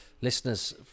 listeners